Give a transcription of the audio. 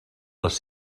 les